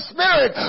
Spirit